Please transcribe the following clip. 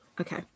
okay